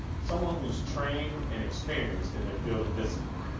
someone who's trained and experienced in their field of discipline.